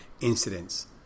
incidents